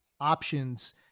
options